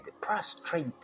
prostrate